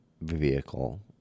vehicle